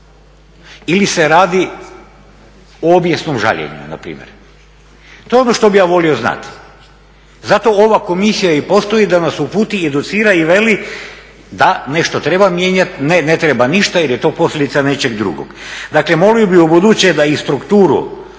ili se radi o obijesnom žaljenju npr.? To je ono što bih ja volio znati. Zato ova komisija i postoji da nas uputi i educira i veli da nešto treba mijenjati, ne, ne treba ništa jer je to posljedica nečeg drugog. Dakle, molio bih ubuduće da i strukturu